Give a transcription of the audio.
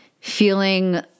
feeling